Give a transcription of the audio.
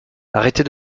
arrêtez